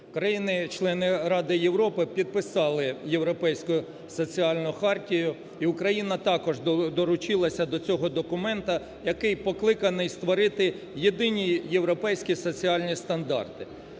Країни члени Ради Європи підписали Європейську соціальну хартію і Україна також долучилася до цього документу, який покликаний створити єдині європейські соціальні стандарти.